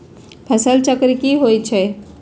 फसल चक्र की होइ छई?